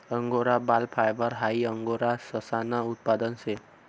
angora बाल fibre हाई angora ससानं उत्पादन शे